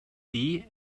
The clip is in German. die